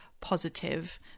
positive